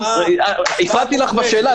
--- הפרעתי לך בשאלה?